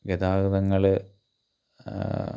ഗതാഗതങ്ങൾ